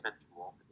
eventual